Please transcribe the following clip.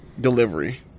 delivery